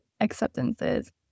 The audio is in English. acceptances